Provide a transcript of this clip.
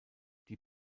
die